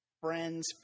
friend's